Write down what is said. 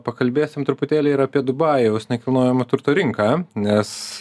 pakalbėsim truputėlį ir apie dubajaus nekilnojamo turto rinką nes